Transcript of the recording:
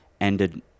ended